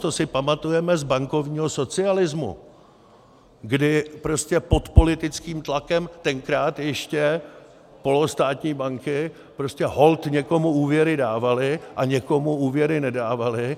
To si pamatujeme z bankovního socialismu, kdy pod politickým tlakem tenkrát ještě polostátní banky prostě holt někomu úvěry dávaly a někomu nedávaly.